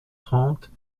trente